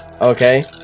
okay